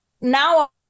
now